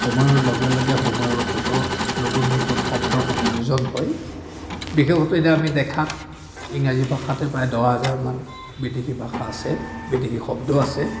সময়ৰ লগে লগে সময়ৰ সুতত নতুন নতুন শব্দৰ সংযোজন হয় বিশেসত এতিয়া আমি দেখা ইংৰাজী ভাষাতেই প্ৰায় দহ হাজাৰমান বিদেশী ভাষা আছে বিদেশী শব্দ আছে